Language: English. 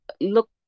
look